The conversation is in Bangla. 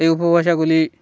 এই উপভাষাগুলি